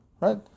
right